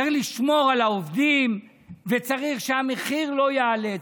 צריך לשמור על העובדים וצריך שהמחיר לא יעלה.